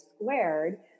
squared